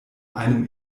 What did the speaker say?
einem